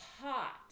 hot